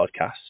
podcast